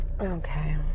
Okay